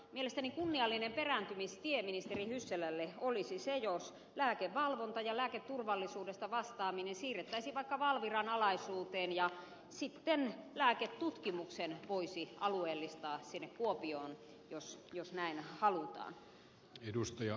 mielestäni kunniallinen perääntymistie ministeri hyssälälle olisi se jos lääkevalvonta ja lääketurvallisuudesta vastaaminen siirrettäisiin vaikka valviran alaisuuteen ja sitten lääketutkimuksen voisi alueellistaa sinne kuopioon jos näin halutaan